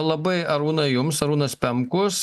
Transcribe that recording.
labai arūnai jums arūnas pemkus